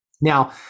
Now